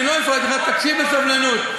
תקשיב בסבלנות.